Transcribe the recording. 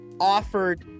offered